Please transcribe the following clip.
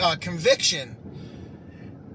conviction